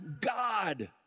God